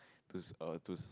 twos err twos